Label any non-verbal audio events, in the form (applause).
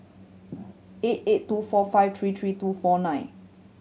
(unintelligible) eight eight two four five three three two four nine